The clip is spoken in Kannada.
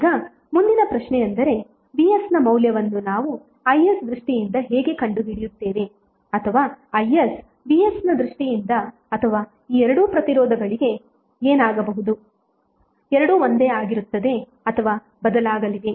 ಈಗ ಮುಂದಿನ ಪ್ರಶ್ನೆಯೆಂದರೆ vs ನ ಮೌಲ್ಯವನ್ನು ನಾವು is ದೃಷ್ಟಿಯಿಂದ ಹೇಗೆ ಕಂಡುಹಿಡಿಯುತ್ತೇವೆ ಅಥವಾ is vs ನ ದೃಷ್ಟಿಯಿಂದ ಅಥವಾ ಈ ಎರಡು ಪ್ರತಿರೋಧಗಳಿಗೆ ಏನಾಗಬಹುದು ಎರಡೂ ಒಂದೇ ಆಗಿರುತ್ತದೆ ಅಥವಾ ಬದಲಾಗಲಿವೆ